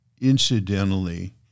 incidentally